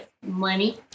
Money